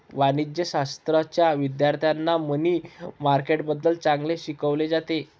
वाणिज्यशाश्राच्या विद्यार्थ्यांना मनी मार्केटबद्दल चांगले शिकवले जाते